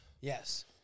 Yes